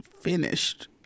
finished